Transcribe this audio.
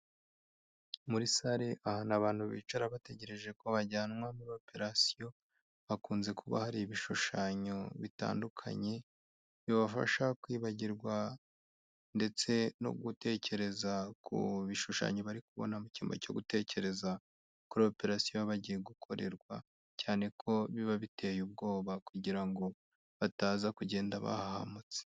Muri sale ahana abantu bicara bategereje ko bajyanwa muri operasiyo, hakunze kuba hari ibishushanyo bitandukanye, bibafasha kwibagirwa ndetse no gutekereza ku bishushanyo bari kubona mu cyumba cyo gutekereza kuri operasiyo bagiye gukorerwa, cyane ko biba biteye ubwoba kugira ngo bataza kugenda bahahamutse.